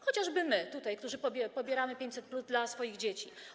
Chociażby my tutaj, którzy pobieramy 500+ dla swoich dzieci.